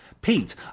Pete